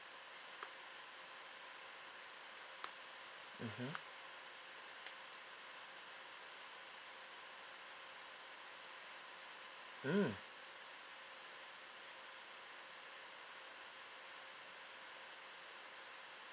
mmhmm mm